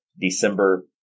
December